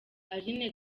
aline